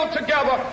together